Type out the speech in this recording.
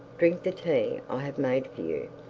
drink the tea i have made for you.